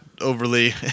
overly